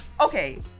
Okay